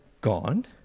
gone